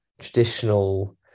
traditional